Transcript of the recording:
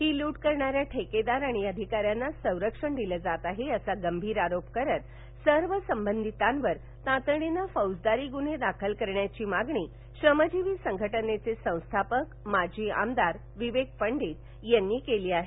ही लूट करणाऱ्या ठेकेदार आणि अधिकाऱ्यांना संरक्षण दिलं जात आहे असा गंभीर आरोप करत सर्व संबंधितांवर तातडीनं फौजदारी गुन्हे दाखल करण्याची मागणी श्रमजीवी संघटनेचे संस्थापक माजी आमदार विवेक पंडित यांनी केली आहे